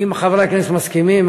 אם חברי הכנסת מסכימים,